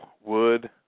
wood